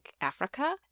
Africa